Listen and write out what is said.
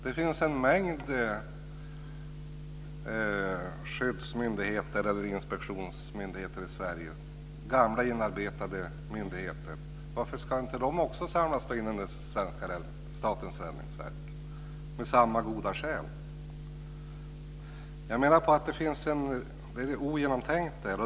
Det finns en mängd skyddsmyndigheter eller inspektionsmyndigheter i Sverige. Det är gamla inarbetade myndigheter. Varför ska inte också de in under Statens räddningsverk med samma goda skäl? Jag menar på att förslaget är ogenomtänkt.